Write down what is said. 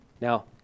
Now